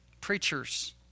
preachers